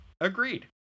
Agreed